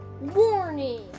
Warning